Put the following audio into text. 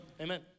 Amen